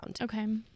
Okay